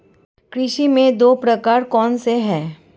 कृषि के दो प्रकार कौन से हैं?